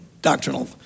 doctrinal